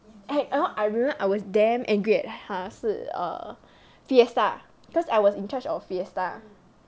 and hor I remember I was damn angry at 他是 err fiesta because I was in charge of fiesta